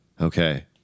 Okay